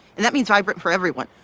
and that means vibrant for everyone.